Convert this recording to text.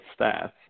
stats